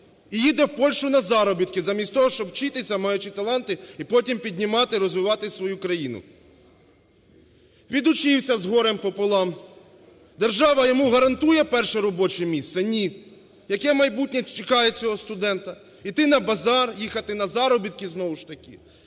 І їде в Польщу на заробітки, замість того щоб вчитися, маючи таланти, і потім піднімати, і розвивати свою країну. Відучився з горем пополам - держава йому гарантує перше робоче місце? Ні. Яке майбутнє чекає цього студента? Йти на базар, їхати на заробітки знову ж таки.